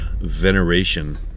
veneration